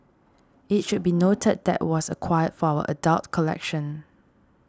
it should be noted that was acquired for our adult collection